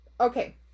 Okay